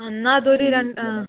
എന്നാൽ അത് ഒര് രണ്ട്